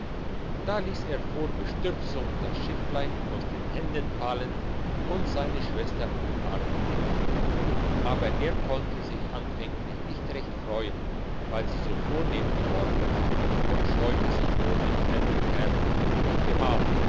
da liess er vor bestürzung das schifflein aus den händen fallen und seine schwester umarmte ihn aber er konnte sich anfänglich nicht recht freuen weil sie so vornehm geworden war und scheute sich vor dem fremden herrn ihrem gemahl